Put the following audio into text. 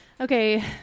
Okay